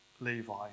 Levi